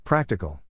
Practical